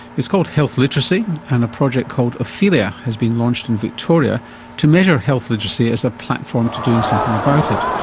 it's called health literacy and a project called ophelia has been launched in victoria to measure health literacy as a platform to doing something about it.